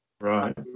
right